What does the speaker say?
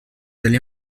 allez